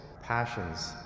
passions